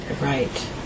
right